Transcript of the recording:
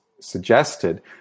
suggested